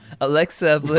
Alexa